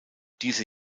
diese